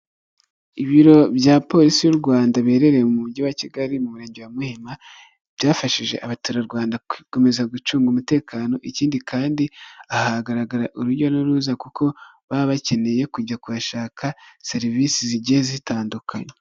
Ibiro bya Polisi y'u Rwanda biherereye mu mujyi wa Kigali mu murenge wa Muhima byafashije abaturarwanda gukomeza gucunga umutekano, ikindi kandi hagaragara urujya n'uruza kuko baba bakeneye kujya kuhashaka serivisi zijye zitandukanye.